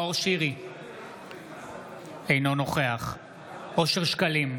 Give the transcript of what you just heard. אינו נוכח אושר שקלים,